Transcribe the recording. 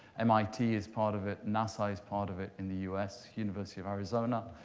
mit is part of it. nasa is part of it in the us. university of arizona.